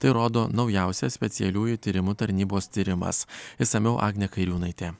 tai rodo naujausias specialiųjų tyrimų tarnybos tyrimas išsamiau agnė kairiūnaitė